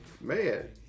man